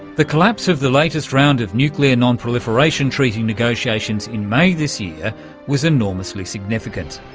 the collapse of the latest round of nuclear non-proliferation treaty negotiations in may this year was enormously significant,